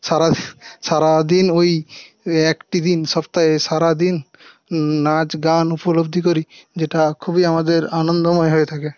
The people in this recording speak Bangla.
সারা সারাদিন ওই একটি দিন সপ্তাহে সারাদিন নাচ গান উপলব্ধি করি যেটা খুবই আমাদের আনন্দময় হয়ে থাকে